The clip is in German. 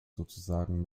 sozusagen